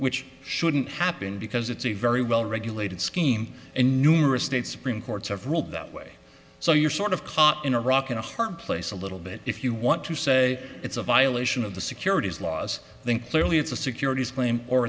which shouldn't happen because it's a very well regulated scheme and numerous state supreme courts have ruled that way so you're sort of caught in a rock and a hard place a little bit if you want to say it's a violation of the securities laws i think clearly it's a securities claim or